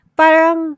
parang